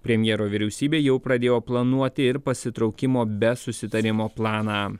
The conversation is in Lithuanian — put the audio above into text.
premjero vyriausybė jau pradėjo planuoti ir pasitraukimo be susitarimo planą